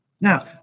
Now